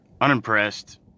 unimpressed